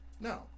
No